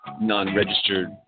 non-registered